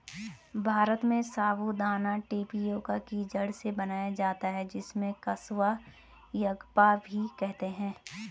भारत में साबूदाना टेपियोका की जड़ से बनाया जाता है जिसे कसावा यागप्पा भी कहते हैं